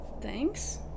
Thanks